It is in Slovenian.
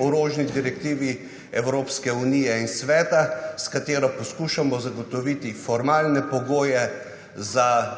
orožni direktivi Evropske unije in Sveta, s katero poskušamo zagotoviti formalne pogoje za